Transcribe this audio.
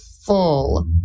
full